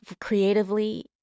creatively